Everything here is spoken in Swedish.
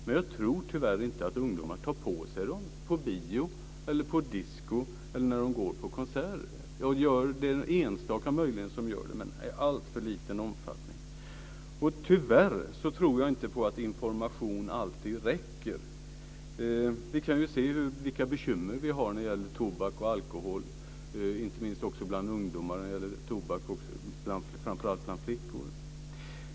Men jag tror tyvärr inte att ungdomar tar på sig dem på bio, på disko eller när de går på konserter. Möjligen är det några enstaka som gör det, men det sker i alltför liten omfattning. Tyvärr tror jag inte att information alltid räcker. Vi kan ju se vilka bekymmer vi har när det gäller tobak och alkohol, inte minst bland ungdomar och framför allt bland flickor när det gäller tobak.